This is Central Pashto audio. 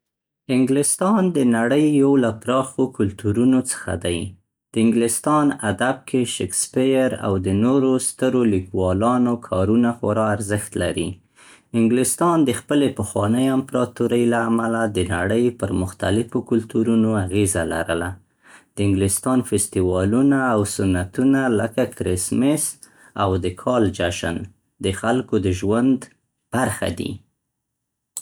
انګلستان د نړۍ یو له پراخو کلتورونو څخه دی. د انګلستان ادب کې شکسپیر او د نورو سترو لیکوالانو کارونه خورا ارزښت لري. انګلستان د خپلې پخوانۍ امپراتورۍ له امله د نړۍ پر مختلفو کلتورونو اغیزه لرله. د انګليستان فستیوالونه او سنتونه لکه کرسمس او د کال جشن د خلکو د ژوند برخه دي.